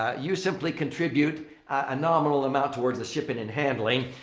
ah you simply contribute a nominal amount towards the shipping and handling.